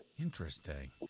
Interesting